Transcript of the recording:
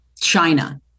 China